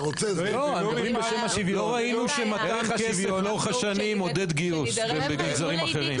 אתה רוצה --- לא ראינו שמתן כסף לאורך השנים עודד גיוס במגזרים אחרים.